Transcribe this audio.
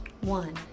One